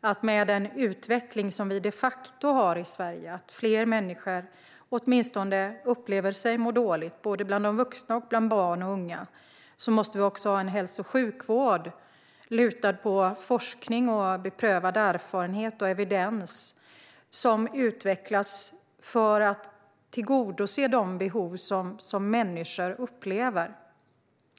att med den utveckling som vi de facto har i Sverige, där fler människor åtminstone upplever sig må dåligt, både bland vuxna och bland barn och unga, måste vår hälso och sjukvård vara lutad mot forskning, beprövad erfarenhet och evidens och utvecklas för att tillgodose de behov som människor upplever.